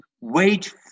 wait